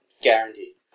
Guaranteed